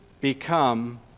become